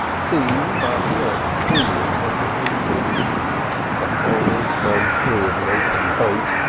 seen but not truly comprehended the horrors gone through in the open boat,